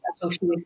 social